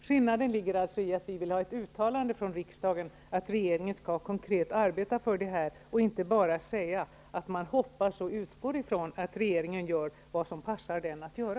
Skillnaden ligger alltså i att vi vill ha ett uttalande från riksdagen att regeringen konkret skall arbeta för detta, och inte bara ett uttalande om att man hoppas och utgår ifrån att regeringen gör vad som passar den att göra.